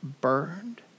burned